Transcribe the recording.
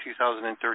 2013